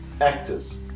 actors